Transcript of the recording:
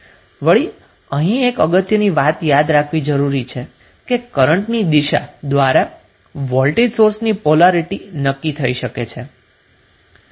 વળી અહીં એક અગત્યની વાત યાદ રાખવી જરુરી છે કે કરન્ટની દિશા દ્વારા વોલ્ટેજ સોર્સની પોલારીટી નક્કી થઈ શકે છે